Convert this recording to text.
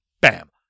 bam